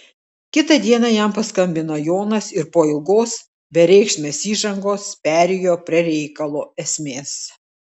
kitą dieną jam paskambino jonas ir po ilgos bereikšmės įžangos perėjo prie reikalo esmės